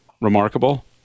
remarkable